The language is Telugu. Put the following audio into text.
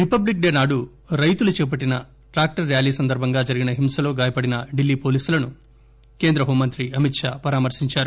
రిపబ్లిక్ డేనాడు రైతులు చేపట్టిన ట్రాక్టర్ ర్యాలీ సందర్బంగా జరిగిన హింసలో గాయపడిన ఢిల్లీ పోలీసులను కేంద్ర హోంమంత్రి అమిత్ షా పరామర్పించారు